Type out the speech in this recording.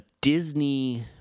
Disney